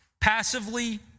passively